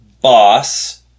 boss